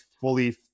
fully